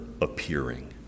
appearing